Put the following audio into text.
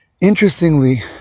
Interestingly